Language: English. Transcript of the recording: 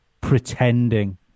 pretending